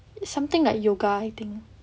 something like yoga I think